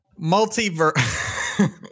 Multiverse